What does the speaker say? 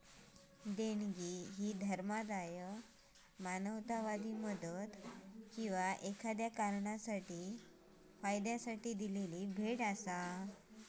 देणगी ह्या धर्मादाय, मानवतावादी मदत किंवा एखाद्यो कारणासाठी फायद्यासाठी दिलेली भेट असा